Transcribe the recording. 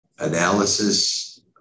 analysis